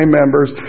members